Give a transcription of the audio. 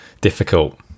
Difficult